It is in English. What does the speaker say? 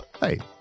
Hey